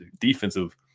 defensive